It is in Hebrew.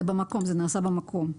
זה נעשה במקום.